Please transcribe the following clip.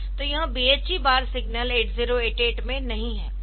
तो यह BHE बार सिग्नल 8088 में नहीं है